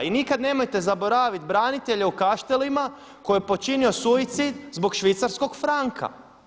I nikada nemojte zaboraviti branitelje u Kaštelima koji je počinio suicid zbog švicarskog franka.